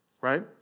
right